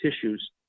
tissues